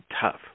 tough